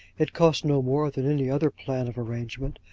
it costs no more than any other plan of arrangement,